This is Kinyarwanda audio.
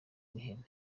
n’ihene